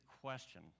question